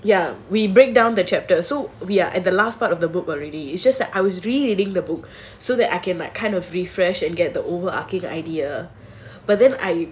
ya we break down the chapter so we are at the last part of the book already it's just that I was rereading the book so that I can like kind of refresh and get the overarching idea but then I